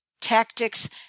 Tactics